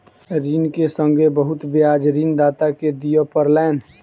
ऋण के संगै बहुत ब्याज ऋणदाता के दिअ पड़लैन